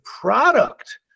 product